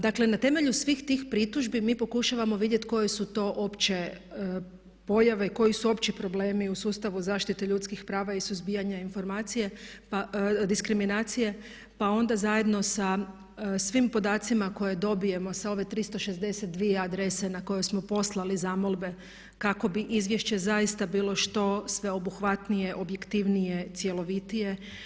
Dakle, na temelju svih tih pritužbi mi pokušavamo vidjeti koje su to opće pojave, koji su opći problemi u sustavu zaštite ljudskih prava i suzbijanja diskriminacije, pa onda zajedno sa svim podacima koje dobijemo sa ove 362 adrese na koje smo poslali zamolbe kako bi izvješće zaista bilo što sveobuhvatnije, objektivnije, cjelovitije.